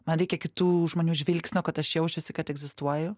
man reikia kitų žmonių žvilgsnio kad aš jausčiausi kad egzistuoju